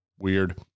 Weird